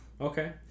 Okay